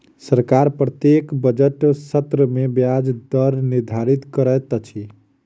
सरकार प्रत्येक बजट सत्र में ब्याज दर निर्धारित करैत अछि